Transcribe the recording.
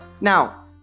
Now